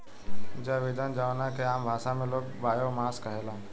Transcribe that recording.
जैव ईंधन जवना के आम भाषा में लोग बायोमास कहेला